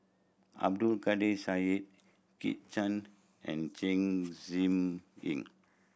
Abdul Kadir Syed Kit Chan and Chen Zhiming